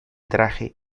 traje